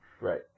Right